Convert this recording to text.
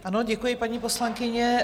Ano, děkuji, paní poslankyně.